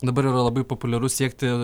dabar yra labai populiaru siekti